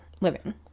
living